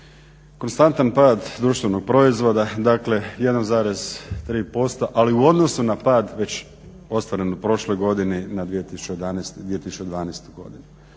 Konstantan pad društvenog proizvoda, dakle 1,3% ali u odnosu na pad već ostvaren u prošloj godini na 2012.godinu.